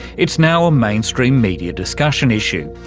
it's now a mainstream media discussion issue.